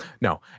No